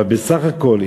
אבל בסך הכול,